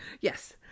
Yes